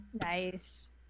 Nice